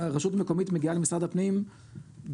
רשות מקומית מגיעה למשרד הפנים בסדרי